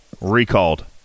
recalled